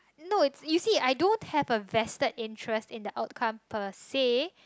no you see I don't have a vested interest in the upcome persee